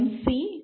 C D